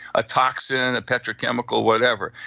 a toxin, a petrochemical, whatever.